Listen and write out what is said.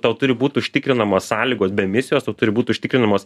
tau turi būt užtikrinamos sąlygos be misijos tau turi būt užtikrinamos